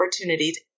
opportunities